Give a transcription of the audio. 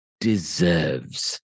deserves